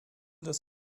das